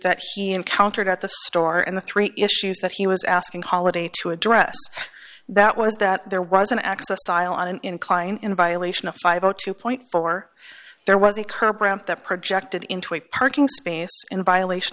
that he encountered at the store and the three issues that he was asking holliday to address that was that there was an access file on an incline in violation of five o two four there was a curb ramp that projected into a parking space in violation